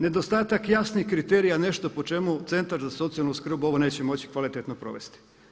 Nedostatak jasnih kriterija nešto po čemu centar za socijalnu skrb ovo neće moći kvalitetno provesti.